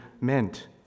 meant